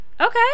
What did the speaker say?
Okay